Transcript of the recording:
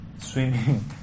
swimming